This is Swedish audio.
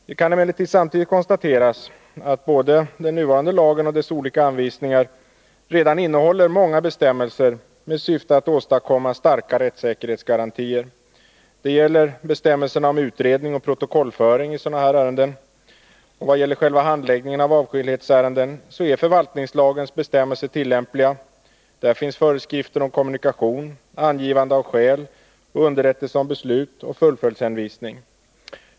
Det kan emellertid samtidigt konstateras att både den nuvarande lagen och dess olika anvisningar redan innehåller många bestämmelser med syfte att åstadkomma starka rättssäkerhetsgarantier. Det gäller bestämmelserna om utredning och protokollföring i sådana här ärenden, och vad gäller själva handläggningen av avskildhetsärenden är förvaltningslagens bestämmelser tillämpliga. Där finns föreskrifter om kommunikation, angivande av skäl och underrättelse om beslut samt fullföljdshänvisning.